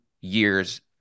years